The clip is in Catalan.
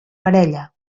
parella